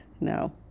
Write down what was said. No